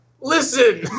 Listen